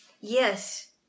Yes